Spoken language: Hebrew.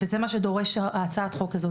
זה מה שדורשת הצעת החוק הזאת.